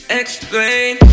explain